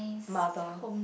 mother